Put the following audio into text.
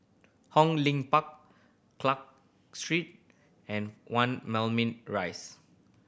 Hong Lim Park Clarke Street and One Moulmein Rise